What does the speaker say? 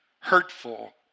hurtful